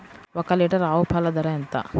ఒక్క లీటర్ ఆవు పాల ధర ఎంత?